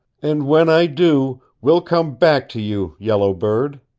and when i do, we'll come back to you, yellow bird,